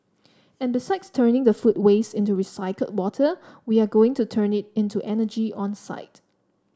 and besides turning the food waste into recycled water we are going to turn it into energy on site